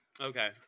Okay